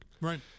right